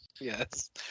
Yes